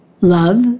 love